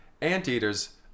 Anteaters